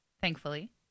thankfully